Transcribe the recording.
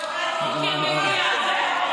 נגמר.